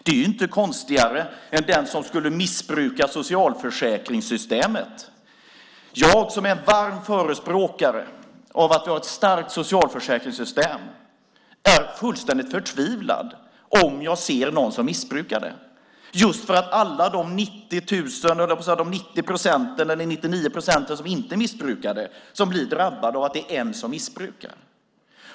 Det är lika konstigt som att missbruka socialförsäkringssystemet. Jag som är en varm förespråkare av att vi har ett starkt socialförsäkringssystem blir fullständigt förtvivlad om jag ser någon missbruka det just därför att de 99 procent som inte missbrukar systemet drabbas av att det är en som missbrukar det.